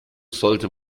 sollte